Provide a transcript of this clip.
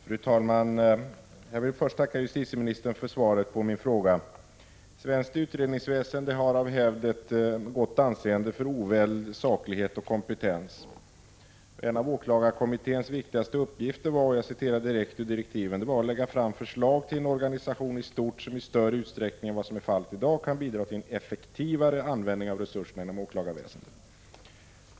Fru talman! Jag vill först tacka justitieministern för svaret på min fråga. Svenskt utredningsväsende har av hävd ett gott anseende när det gäller oväld, saklighet och kompetens. En av åklagarkommitténs viktigaste uppgifter var — jag citerar direkt ur direktiven — att ”lägga fram förslag till en organisation i stort som i större utsträckning än vad som är fallet i dag kan bidra till en effektivare användning av resurserna inom åklagarväsendet”.